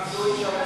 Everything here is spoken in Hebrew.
תקרא לשר,